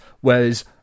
Whereas